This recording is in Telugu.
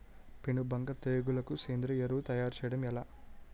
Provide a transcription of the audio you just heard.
పేను బంక తెగులుకు సేంద్రీయ ఎరువు తయారు చేయడం ఎలా?